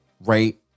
right